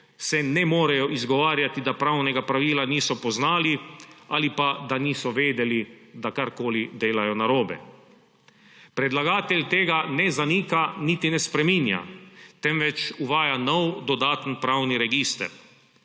se ne morejo izgovarjati, da pravnega pravila niso poznali ali da niso vedeli, da karkoli delajo narobe. Predlagatelj tega ne zanika niti ne spreminja, temveč uvaja nov dodaten pravni register.